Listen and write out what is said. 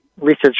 research